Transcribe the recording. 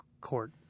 court